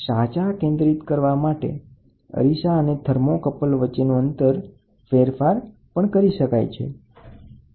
યોગ્ય ફોકસીંગ માટે અરીસા અને થર્મોકપલ વચ્ચેનું અંતર ફેરફાર કરી શકાય છે